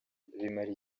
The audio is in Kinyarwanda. bimara